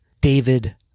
david